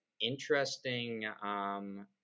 interesting